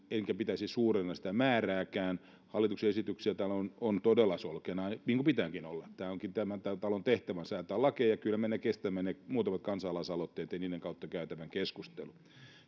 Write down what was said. enkä pitäisi suurena sitä määrääkään hallituksen esityksiä täällä on on todella solkenaan niin kuin pitääkin olla tämä onkin tämän tämän talon tehtävä säätää lakeja kyllä me kestämme ne muutamat kansalaisaloitteet ja niiden kautta käytävän keskustelun